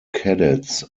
cadets